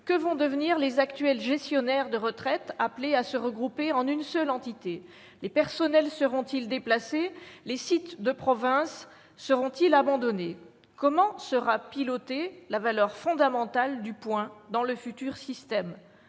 Que vont devenir les actuels gestionnaires des retraites appelés à se regrouper en une seule entité ? Les personnels seront-ils déplacés ? Les sites de province seront-ils abandonnés ? Comment sera pilotée la valeur fondamentale du point dans le futur système ?